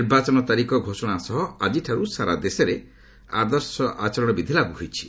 ନିର୍ବାଚନ ତାରିଖ ଘୋଷଣା ସହ ଆଜିଠାରୁ ସାରା ଦେଶରେ ଆଦର୍ଶ ଆଚରଣ ବିଧି ଲାଗୁ ହୋଇଛି